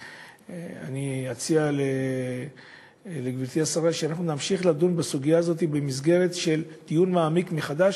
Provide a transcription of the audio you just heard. ואני אציע לגברתי השרה שאנחנו נמשיך לדון בה במסגרת של דיון מעמיק מחדש,